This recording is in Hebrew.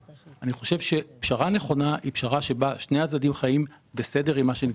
אני חושב שפשרה נכונה היא פשרה שבה שני הצדדים חיים בסדר עם מה שנקבע.